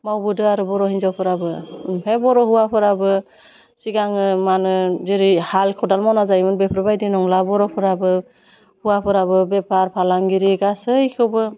मावबोदों आरो बर' हिन्जावफोराबो ओमफ्राय बर' हौवाफोराबो सिगाङो मा होनो जेरै हाल खदाल मावना जायोमोन बेफोरबायदि नंला बर'फोराबो हौवाफोराबो बेफार फालांगिरि गासैखौबो